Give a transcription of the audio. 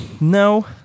No